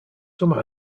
some